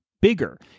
bigger